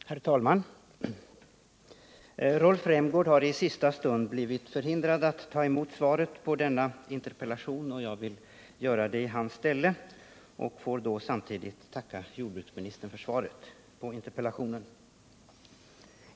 Herr talman! Rolf Rämgård har i sista stund blivit förhindrad att ta emot svaret på denna interpellation, och jag vill göra det i hans ställe och får då samtidigt tacka jordbruksministern för svaret på interpellationen.